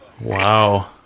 wow